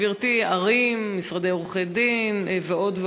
גברתי, עיריות, משרדי עורכי-דין ועוד ועוד.